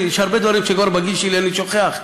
יש הרבה דברים שבגיל שלי אני כבר שוכח,